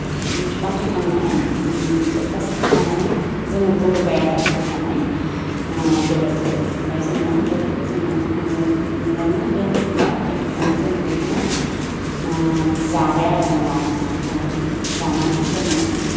बिफां थैखांनानै सप्ताहसेफोर थानानै जोङो बुरबाय आरो बुरनानै ओ बेदरखौ बुथुमबाय जोङो ओमफ्राय बेखौ जोङो न'आवनो दोनथुमबाय दोनथुमनानै जोङो बेखौनो ओ जाबाय आरो न'आव ओमफ्राय जानानै जोङो